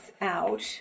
out